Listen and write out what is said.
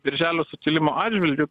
birželio sukilimo atžvilgiu